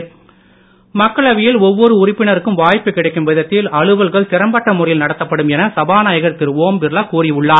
ஓம் பிர்லா மக்களவையில் ஒவ்வொரு உறுப்பினருக்கும் வாய்ப்பு கிடைக்கும் விதத்தில் அலுவல்கள் திறம்பட்ட முறையில் நடத்தப்படும் என சபாநாயகர் திரு ஓம் பிர்லா கூறி உள்ளார்